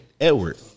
Edward